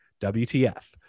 WTF